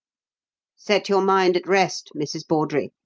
set your mind at rest, mrs. bawdrey,